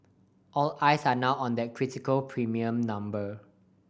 all eyes are now on that critical premium number